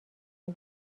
این